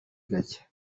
gake